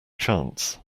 chance